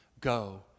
Go